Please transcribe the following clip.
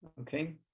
okay